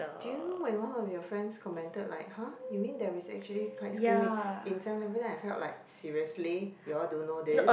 do you know when one of your friends commented like !huh! you mean there is actually ice cream in Seven-Eleven then I felt like seriously you all don't know this